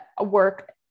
work